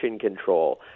control